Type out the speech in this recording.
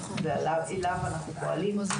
ואליו אנחנו פועלים,